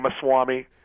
Swami